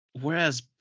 whereas